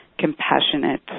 compassionate